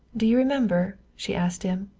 do you remember, she asked him,